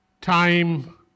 time